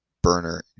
burner